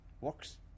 works